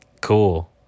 cool